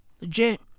Legit